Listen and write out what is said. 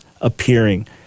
appearing